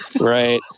right